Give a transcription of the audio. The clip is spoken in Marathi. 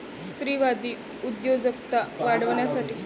स्त्रीवादी उद्योजकता वाढवण्यासाठी सरकार सहकार्य करते